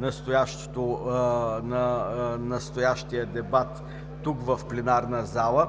настоящия дебат тук, в пленарната зала,